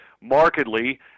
markedly